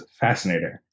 fascinating